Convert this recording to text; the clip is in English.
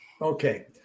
Okay